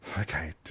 Okay